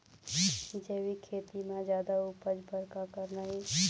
जैविक खेती म जादा उपज बर का करना ये?